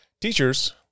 teachers